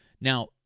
Now